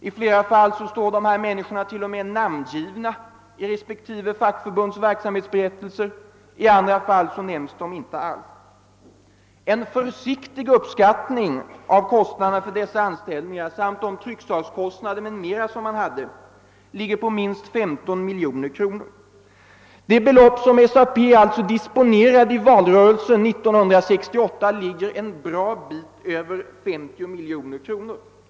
I flera fall står dessa människor t.o.m. namngivna i respektive fackförbunds verksamhetsberättelser, i andra fall nämns de inte alls. Vid en försiktig uppskattning av kostnaderna för dessa anställningar samt för trycksakskostnader m.m. kommer man till minst 15 miljoner kr. Det belopp som SAP disponerade i valrörelsen 1968 ligger alltså en bra bit över 50 miljoner kr.